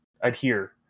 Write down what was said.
adhere